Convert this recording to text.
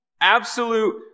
Absolute